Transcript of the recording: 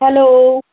hello